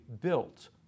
built